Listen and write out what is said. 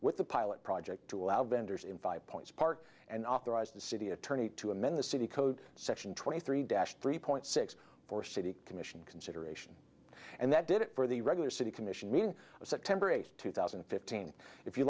with the pilot project to allow vendors in five points park and authorized the city attorney to amend the city code section twenty three dash three point six for city commission consideration and that did it for the regular city commission meeting september eighth two thousand and fifteen if you